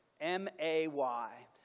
M-A-Y